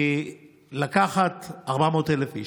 כי לקחת 400,000 איש,